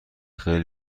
خیلی